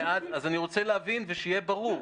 אז אני רוצה להבין ושיהיה ברור,